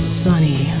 sunny